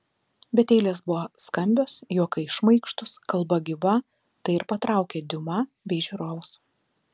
bet eilės buvo skambios juokai šmaikštūs kalba gyva tai ir patraukė diuma bei žiūrovus